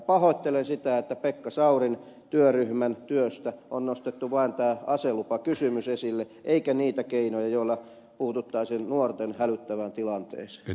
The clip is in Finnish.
pahoittelen sitä että pekka saurin työryhmän työstä on nostettu vain tämä aselupakysymys esille eikä niitä keinoja joilla puututtaisiin nuorten hälyttävään tilanteeseen